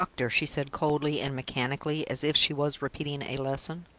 doctor, she said, coldly and mechanically, as if she was repeating a lesson,